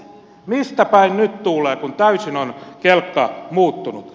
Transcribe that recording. mistä päin nyt tuulee kun täysin on kelkka muuttunut